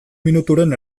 minuturen